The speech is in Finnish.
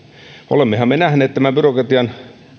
olemmehan me nähneet byrokratian